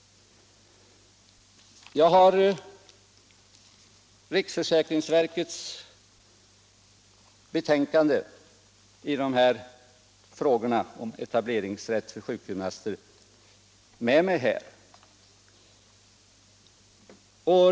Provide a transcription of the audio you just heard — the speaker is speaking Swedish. Jag har riksförsäkringsverkets betänkande i frågan om etableringsrätt för sjukgymnaster med mig här.